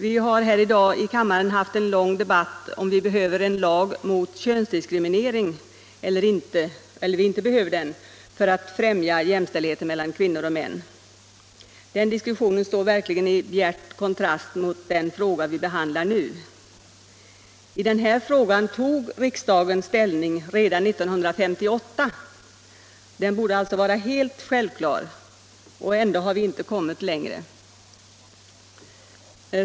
Vi har i dag här i kammaren haft en lång debatt i frågan om vi behöver en lag mot könsdiskriminering eller inte för att främja jämställdheten mellan kvinnor och män. Den diskussionen står i bjärt kontrast mot den fråga vi behandlar nu. I den här frågan tog riksdagen ställning redan 1958. Den borde alltså vara helt självklar och ändå har vi inte kommit längre.